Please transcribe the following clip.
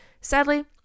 Sadly